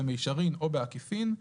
במישרין או בעקיפין,